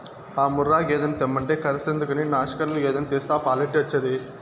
ఆ ముర్రా గేదెను తెమ్మంటే కర్సెందుకని నాశిరకం గేదెను తెస్తే పాలెట్టొచ్చేది